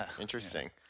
Interesting